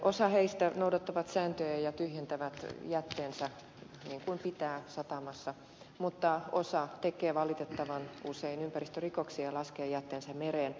osa heistä noudattaa sääntöjä ja tyhjentää jätteensä satamassa niin kuin pitää mutta osa tekee valitettavan usein ympäristörikoksia ja laskee jätteensä mereen